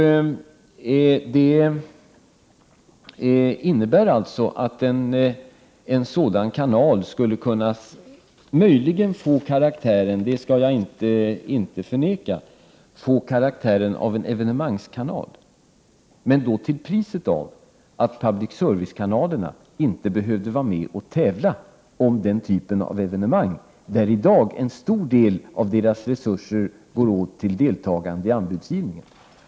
Detta innebär att en sådan kanal möjligen skulle kunna få karaktären — det skall jag inte förneka — av en evenemangskanal, men då till priset av att public service-kanalerna inte behöver vara med och tävla om den typen av evenemang där i dag en stor del av deras resurser går åt till deltagande i anbudsgivning.